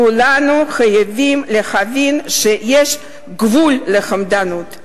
כולנו חייבים להבין שיש גבול לחמדנות.